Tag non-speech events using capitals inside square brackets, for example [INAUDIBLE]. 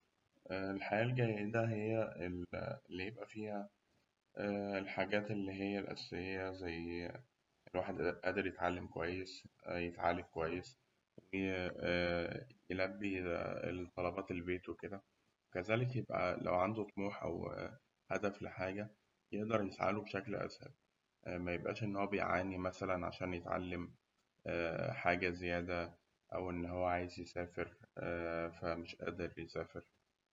الحياة الجيدة هي ال- اللي يبقى فيها الحاجات اللي هي الأساسية زي الواحد قادر يتعلم كويس، يتعالج كويس، ي- آ [HESITATION] يلبي الطلبات البيت وكده. كذلك لو عنده طموح أو هدف لحاجة يقدر يسعى له بشكل أسهل. ميبقاش إن هو بيعاني مثلاً عشان يتعلم حاجة زيادة، أو إن هو عايز يسافر ف مش قادر فمش قادر يسافر.